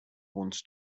wants